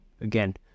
again